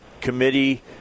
committee